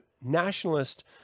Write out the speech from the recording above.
nationalist